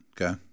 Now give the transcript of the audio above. Okay